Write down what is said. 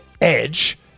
edge